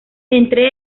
entre